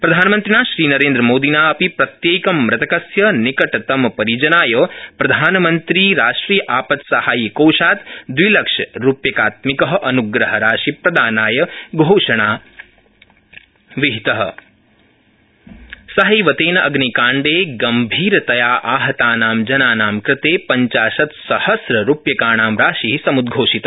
प्रधानमन्त्रिणा श्रीनरेन्द्रमोदिना अपि प्रत्येक मृतकस्य निक ठिमपरिजनाय प्रधानमन्त्रिराष्ट्रियापत्साहाय्यकोषात् द्विलक्ष रुप्यात्मिकअनुग्रहराशिप्रदानाय घोषणा विहिता सहैव तेन अम्निकाण्डे गम्भीरतयाहतानां जनानां कृते पञ्चाशत्सहम्र रुपयकाणां राशि समुद्घोषित